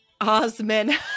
Osman